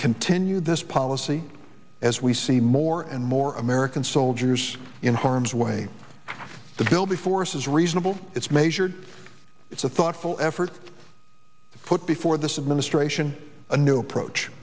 you this policy as we see more and more american soldiers in harm's way the bill before us is reasonable it's measured it's a thoughtful effort to put before this administration a new approach